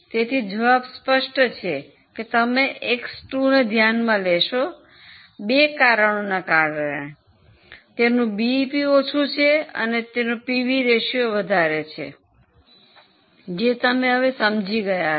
તેનો જવાબ સ્પષ્ટ છે કે તમે એક્સ 2 ને ધ્યાનમાં લેહશો બે કારણોને કારણે તેનું બીઈપી ઓછું છે અને પીવી રેશિયો વધારે છે જે તમે સમજી ગયા છો